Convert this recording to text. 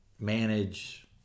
manage